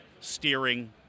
steering